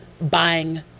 buying